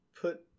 put